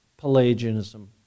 Pelagianism